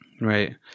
Right